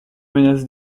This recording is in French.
menaces